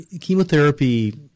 Chemotherapy